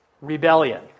Rebellion